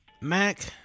Mac